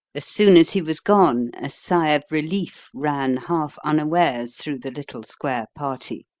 as soon as he was gone, a sigh of relief ran half-unawares through the little square party.